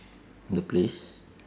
the place